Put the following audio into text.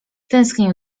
tęsknił